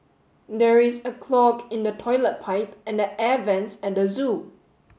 there is a clog in the toilet pipe and the air vents at the zoo